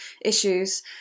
issues